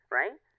right